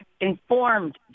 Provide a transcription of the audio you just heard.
informed